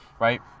right